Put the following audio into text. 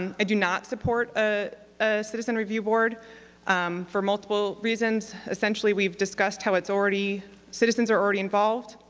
and i do not support a citizen review board for multiple reasons. essentially we've discussed how it's already citizens are already involved.